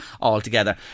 altogether